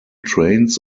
trains